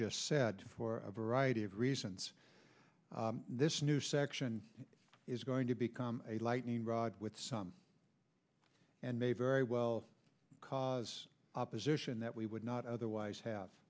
just said for a variety of reasons this new section is going to become a lightning rod with some and may very well cause opposition that we would not otherwise have